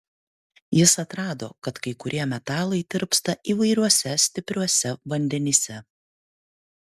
jis atrado kad kai kurie metalai tirpsta įvairiuose stipriuose vandenyse